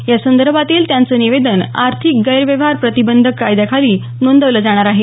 या संदर्भातील त्यांचं निवेदन आर्थिक गैरव्यहार प्रतिबंधक कायद्याखाली नोंदवलं जाणार आहे